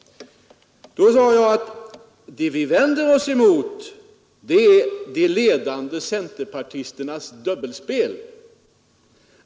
I fortsättningen sade jag nämligen: ”Det vi vänder oss emot är de ledande centerpartisternas dubbelspel.